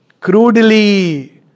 Crudely